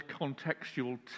contextual